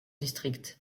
district